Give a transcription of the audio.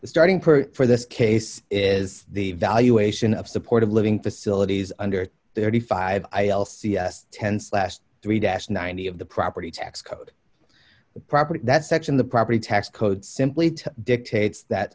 starting per for this case is the valuation of supportive living facilities under thirty five dollars tense last three dash ninety of the property tax code property that section the property tax code simply to dictates that